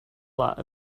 lot